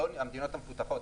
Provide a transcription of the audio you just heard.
המדינות המפותחות,